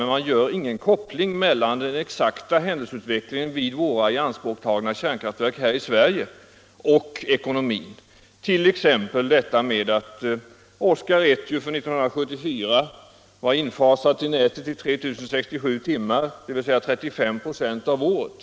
Men man gör ingen koppling mellan driftstörningarna vid våra igångsatta kärnkraftverk 307 här i Sverige och ekonomin, t.ex. detta att Oskar I 1974 bara var infasad i nätet i 3067 timmar dvs. 35 96 av året.